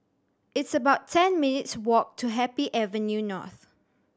it's about ten minutes' walk to Happy Avenue North